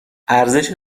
ارزش